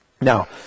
Now